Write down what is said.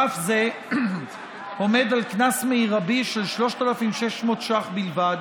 רף זה עומד על קנס מרבי של 3,600 שקלים בלבד,